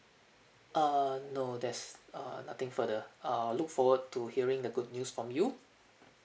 err no there's uh nothing further I'll look forward to hearing the good news from you